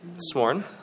sworn